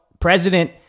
President